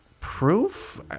proof